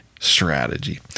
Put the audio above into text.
strategy